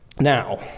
Now